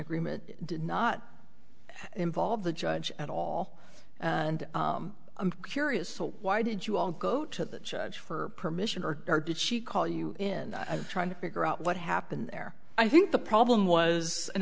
agreement did not involve the judge at all and i'm curious why did you all go to the judge for permission or did she call you in trying to figure out what happened there i think the problem was an